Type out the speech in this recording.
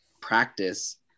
practice